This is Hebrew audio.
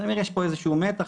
יש איזשהו מתח,